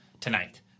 tonight